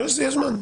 יש זמן.